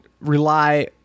rely